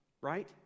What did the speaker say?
right